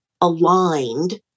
aligned